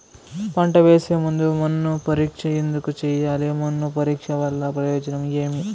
పంట వేసే ముందు మన్ను పరీక్ష ఎందుకు చేయాలి? మన్ను పరీక్ష వల్ల ప్రయోజనం ఏమి?